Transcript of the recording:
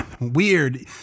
Weird